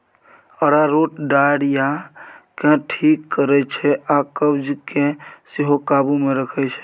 अरारोट diarrhoea केँ ठीक करै छै आ कब्ज केँ सेहो काबु मे रखै छै